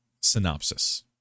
synopsis